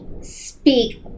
speak